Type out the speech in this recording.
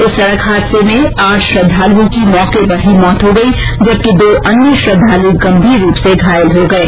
इस सडक हादसे में आठ श्रद्वालुओं की मौके पर ही मौत हो गई है जबकि दो अन्य श्रद्वालु गंभीर रूप से घायल हो गए हैं